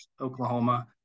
Oklahoma